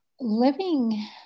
living